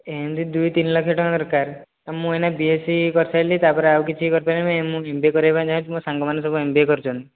ଏମିତି ଦୁଇ ତିନି ଲକ୍ଷ ଦରକାର ମୁଁ ଏଇନା ବି ଏସ୍ ସି କରି ସାରିଲି ତା'ପରେ ଆଉ କିଛି କରିପାରିବି ମୁଁ ଏମ୍ ବି ଏ କରିବା ପାଇଁ ଚାହୁଁଛି ମୋର ସାଙ୍ଗମାନେ ସବୁ ଏମ୍ ବି ଏ କରୁଛନ୍ତି